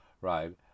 right